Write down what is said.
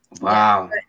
Wow